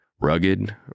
Rugged